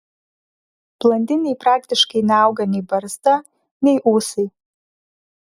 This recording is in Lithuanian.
blondinei praktiškai neauga nei barzda nei ūsai